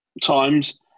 times